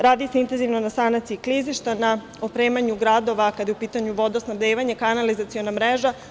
Radi se intenzivno na sanaciji klizišta, na opremanju gradova kada je u pitanju vodosnabdevanje, kanalizaciona mreža.